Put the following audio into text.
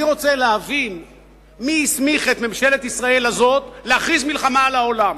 אני רוצה להבין מי הסמיך את ממשלת ישראל הזאת להכריז מלחמה על העולם.